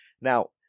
Now